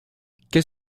qu’est